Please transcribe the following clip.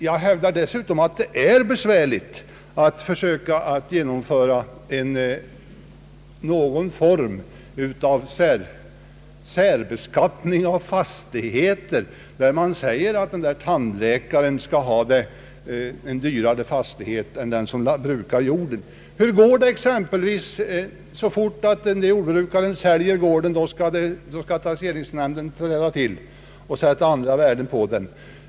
Jag hävdar dessutom att det är besvärligt att försöka genomföra någon form av särbeskattning av fastigheter, enligt vilken exempelvis tandläkares fastigheter skall vara högre taxerade än fastigheter som ägs av dem som brukar jorden. Så snart en jordbrukare säljer gården skall alltså taxeringsnämnden träda till och sätta ett nytt värde på den.